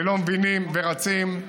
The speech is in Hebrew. הם לא מבינים, ורצים,